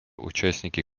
участники